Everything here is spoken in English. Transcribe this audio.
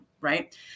right